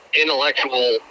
intellectual